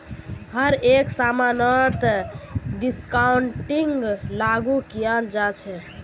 हर एक समानत डिस्काउंटिंगक लागू कियाल जा छ